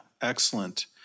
Excellent